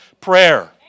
prayer